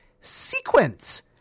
Sequence